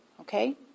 Okay